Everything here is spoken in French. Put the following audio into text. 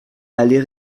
allée